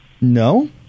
No